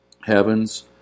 heaven's